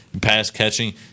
pass-catching